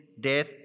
death